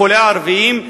כולל ערביים,